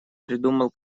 придумал